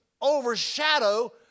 Overshadow